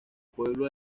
pueblo